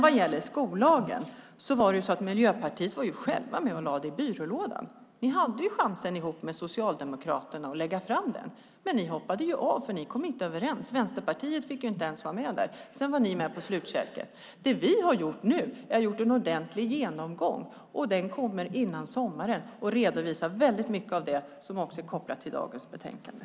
Vad gäller skollagen var Miljöpartiet själva med och lade förslaget i byrålådan. Ni hade chansen ihop med Socialdemokraterna att lägga fram det men hoppade av, för ni kom inte överens. Vänsterpartiet fick inte ens vara med där. Sedan var ni med på slutkälken. Det vi har gjort nu är en ordentlig genomgång. Man kommer före sommaren att redovisa väldigt mycket av det som är kopplat till dagens betänkande.